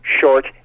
short